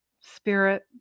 spirit